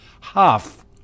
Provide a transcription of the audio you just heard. half